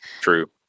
true